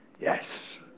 Yes